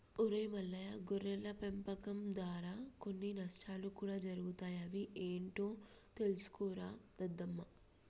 ఒరై మల్లయ్య గొర్రెల పెంపకం దారా కొన్ని నష్టాలు కూడా జరుగుతాయి అవి ఏంటో తెలుసుకోరా దద్దమ్మ